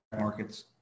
markets